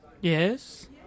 Yes